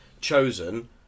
chosen